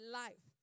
life